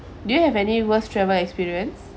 do you have any worst travel experience